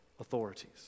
authorities